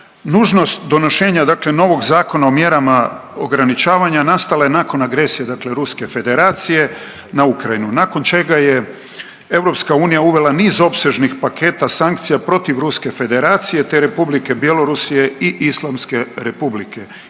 Nužnost donošenja dakle novog Zakona o mjerama ograničavanja nastale nakon agresije dakle Ruske federacije na Ukrajinu nakon čega je Europska unija uvela niz opsežnih paketa sankcija protiv Ruske federacije te Republike Bjelorusije i Islamske republike